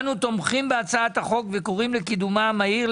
אנו תומכים בהצעת החוק וקוראים לקידומה המהיר,